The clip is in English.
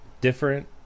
different